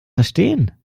verstehen